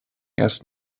erst